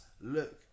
look